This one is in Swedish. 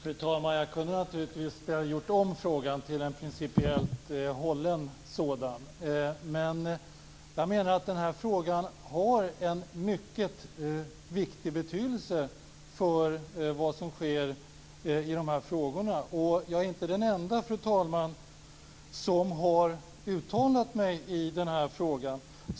Fru talman! Jag kunde naturligtvis ha gjort om frågan till en principiellt hållen sådan. Men jag menar att denna fråga har en mycket stor betydelse för vad som sker på detta område. Jag är inte den enda, fru talman, som har uttalat mig i frågan.